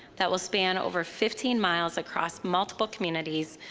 that will span over fifteen miles across multiple communities,